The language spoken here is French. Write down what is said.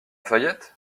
fayette